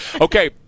Okay